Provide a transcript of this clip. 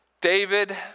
David